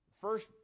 first